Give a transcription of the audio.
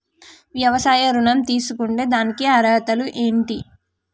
వ్యవసాయ ఋణం తీసుకుంటే దానికి అర్హతలు ఏంటి?